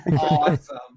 awesome